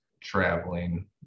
traveling